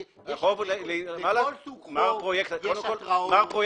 לכל סוג חוב יש התרעות.